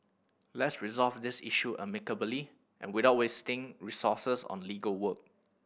let's resolve this issue amicably without wasting resources on legal work